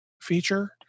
feature